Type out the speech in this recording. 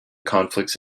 conflicts